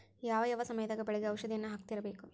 ಯಾವ ಯಾವ ಸಮಯದಾಗ ಬೆಳೆಗೆ ಔಷಧಿಯನ್ನು ಹಾಕ್ತಿರಬೇಕು?